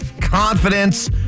confidence